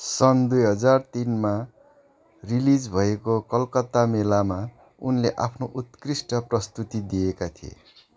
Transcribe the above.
सन् दुई हजार तिनमा रिलिज भएको कलकत्ता मेलामा उनले आफ्नो उत्कृष्ट प्रस्तुति दिएका थिए